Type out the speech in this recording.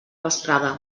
vesprada